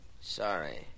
sorry